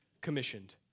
commissioned